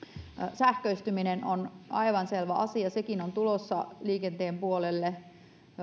sähköistyminen on aivan selvä asia sekin on tulossa liikenteen puolelle